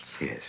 Yes